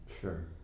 Sure